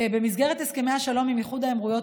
במסגרת הסכמי השלום עם איחוד האמירויות